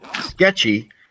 sketchy